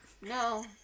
no